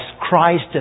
Christ